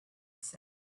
said